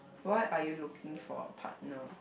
why are you looking for a partner